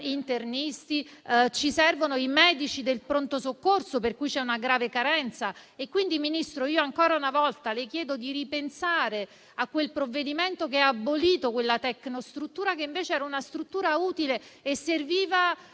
internisti, medici di pronto soccorso, di cui c'è una grave carenza. Ministro, ancora una volta le chiedo di ripensare a quel provvedimento che ha abolito quella tecnostruttura, che invece era utile e serviva a